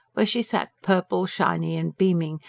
where she sat, purple, shiny and beaming,